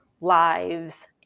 lives